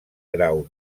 grau